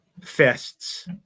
fists